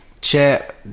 chat